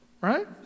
right